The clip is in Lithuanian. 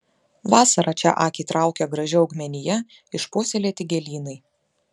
vasarą čia akį traukia graži augmenija išpuoselėti gėlynai